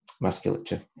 musculature